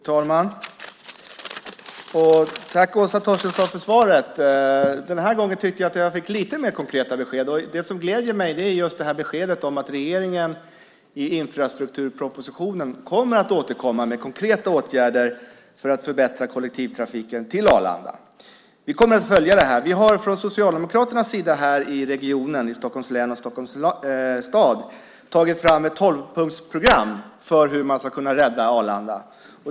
Fru talman! Tack, Åsa Torstensson, för svaret! Den här gången tyckte jag att jag fick lite mer konkreta besked. Det som gläder mig är just beskedet om att regeringen i infrastrukturpropositionen kommer att återkomma med konkreta åtgärder för att förbättra kollektivtrafiken till Arlanda. Vi kommer att följa det här. Vi har från Socialdemokraternas sida, här i regionen, i Stockholms län och Stockholms stad, tagit fram ett tolvpunktsprogram för hur man ska kunna rädda Arlanda.